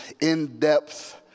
in-depth